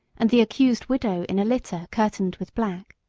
and the accused widow in a litter curtained with black.